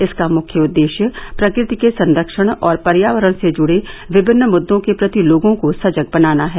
इसका मुख्य उद्देश्य प्रकृति के संरक्षण और पर्यावरण से जुडे विभिन्न मृद्दों के प्रति लोगों को सजग बनाना है